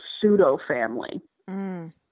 pseudo-family